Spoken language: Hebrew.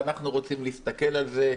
אנחנו רוצים להסתכל על זה.